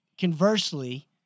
Conversely